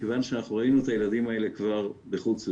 מכיוון שאנחנו ראינו את הילדים האלה כבר בחוץ לארץ,